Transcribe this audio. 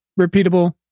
repeatable